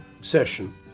session